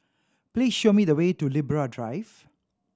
please show me the way to Libra Drive